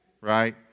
right